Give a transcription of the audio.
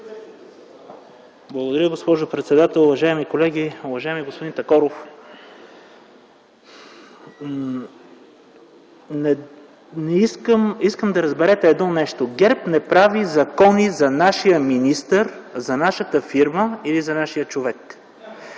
Благодаря, госпожо председател. Уважаеми колеги! Уважаеми господин Такоров, искам да разберете едно нещо – ГЕРБ не прави закон за нашия министър, за нашата фирма или за нашия човек.